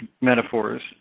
metaphors